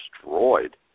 destroyed